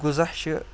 غزا چھِ